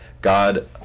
god